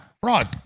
fraud